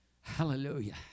hallelujah